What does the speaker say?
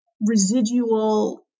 residual